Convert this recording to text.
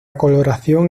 coloración